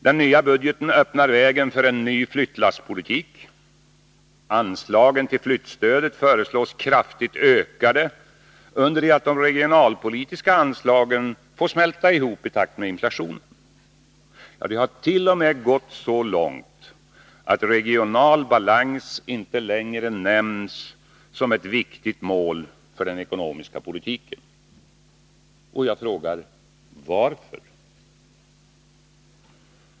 Den nya budgeten öppnar vägen för en ny flyttlasspolitik. Anslagen till flyttstöd föreslås kraftigt ökade under det att de regionalpolitiska anslagen får smälta ihop i takt med inflationen. Det har t.o.m. gått så långt att regional balans inte längre nämns som ett viktigt mål för den ekonomiska politiken. Jag frågar: Varför?